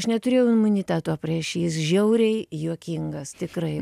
aš neturėjau imuniteto prieš jį jis žiauriai juokingas tikrai